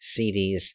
CDs